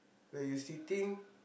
where you sitting